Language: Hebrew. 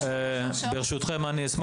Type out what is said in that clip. ברשותכם, אני סגן יושב-ראש איגוד עוזרי הרופא.